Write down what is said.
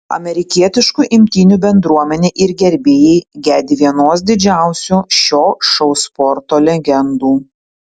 amerikietiškų imtynių bendruomenė ir gerbėjai gedi vienos didžiausių šio šou sporto legendų